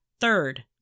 Third